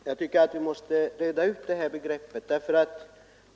Herr talman! Jag tycker att vi måste reda ut de här begreppen.